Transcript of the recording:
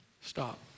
Stop